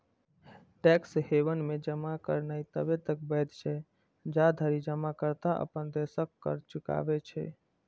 tax haven मे जमा करनाय तबे तक वैध छै, जाधरि जमाकर्ता अपन देशक कर चुकबै छै